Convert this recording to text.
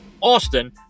Austin